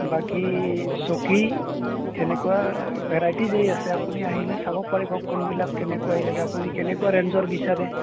বাকী চকী এনেকুৱা ভেৰাইটিজেই আছে আপুনি আহিলে চাব পাৰিব কোনবিলাক কেনেকুৱা হেৰি লাগে আপুনি কেনেকুৱা ৰেঞ্জৰ বিচাৰে